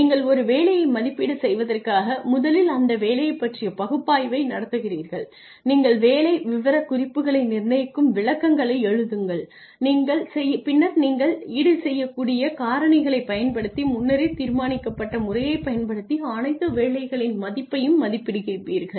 நீங்கள் ஒரு வேலையை மதிப்பீடு செய்வதற்காக முதலில் அந்த வேலையைப் பற்றிய பகுப்பாய்வை நடத்துகிறீர்கள் நீங்கள் வேலை விவரக்குறிப்புகளை நிர்ணயிக்கும் விளக்கங்களை எழுதுங்கள் பின்னர் நீங்கள் ஈடுசெய்யக்கூடிய காரணிகளைப் பயன்படுத்தி முன்னரே தீர்மானிக்கப்பட்ட முறையைப் பயன்படுத்தி அனைத்து வேலைகளின் மதிப்பையும் மதிப்பிடுகிறீர்கள்